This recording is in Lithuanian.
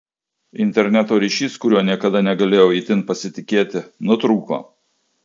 interneto ryšys kuriuo niekada negalėjau itin pasitikėti nutrūko